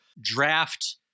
draft